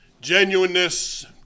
genuineness